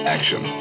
Action